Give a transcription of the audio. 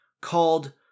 called